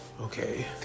Okay